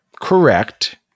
Correct